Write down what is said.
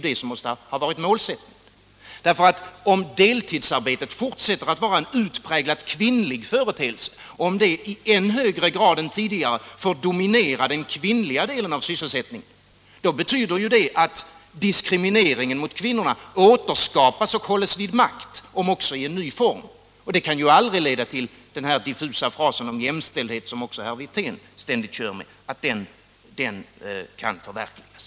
Det borde ha varit målsättningen. Om deltidsarbetet fortsätter att vara en utpräglat kvinnlig företeelse och i än högre grad än tidigare får dominera den kvinnliga delen av sysselsättningen, betyder det att diskrimineringen mot kvinnorna återskapas och hålls vid makt, om också i en ny form. Det kan aldrig leda till att den diffusa fras om jämställdhet som även herr Wirtén ständigt kör med kan förverkligas.